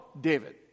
David